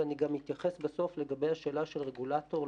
ואני גם אתייחס בסוף לגבי השאלה של רגולטור,